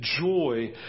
joy